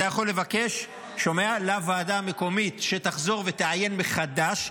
אתה יכול לבקש מהוועדה המקומית שתחזור ותעיין מחדש,